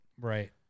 right